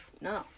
No